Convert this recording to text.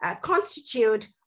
constitute